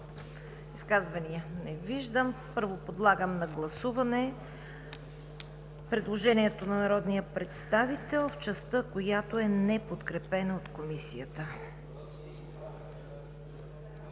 Изказвания? Не виждам. Подлагам на гласуване първо предложението на народния представител в частта, която е неподкрепена от Комисията.